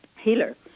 healer